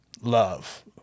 love